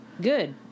Good